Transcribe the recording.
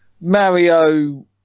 Mario